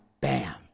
Bam